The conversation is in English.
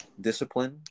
discipline